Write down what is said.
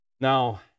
Now